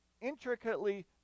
intricately